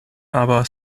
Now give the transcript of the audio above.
aber